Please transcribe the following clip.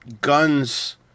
guns